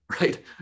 right